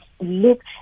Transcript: look